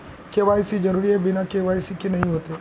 KYC जरुरी है बिना के.वाई.सी के नहीं होते?